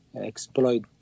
exploit